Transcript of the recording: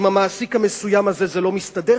עם המעסיק המסוים הזה זה לא מסתדר,